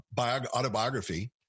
autobiography